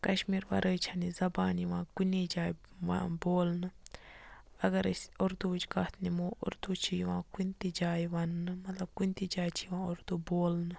کَشمیٖر ورٲے چھَنہٕ یہٕ زبان یِوان کُنی جایہِ وَن بولنہٕ اگر أسۍ اردوٕچ کَتھ نِمو اُردو چھِ یِوان کُنہِ تہِ جایہِ وَننٛہٕ مطلب کُنہِ تہِ جایہِ چھِ یِوان اُردو بولنہٕ